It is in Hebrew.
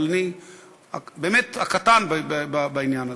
אבל אני באמת הקטן בעניין הזה.